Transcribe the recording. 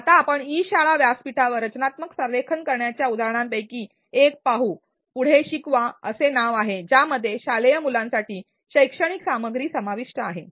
आता आपण ई शाळा व्यासपीठावर रचनात्मक संरेखन करण्याच्या उदाहरणांपैकी एक पाहू 'पुढे शिकवा' 'Teach Next' असे नाव आहे ज्यामध्ये शालेय मुलांसाठी शैक्षणिक सामग्री समाविष्ट आहे